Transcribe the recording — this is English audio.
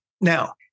Now